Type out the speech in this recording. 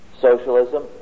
Socialism